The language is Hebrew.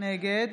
נגד